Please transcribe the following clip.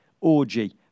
orgy